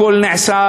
הכול נעשה,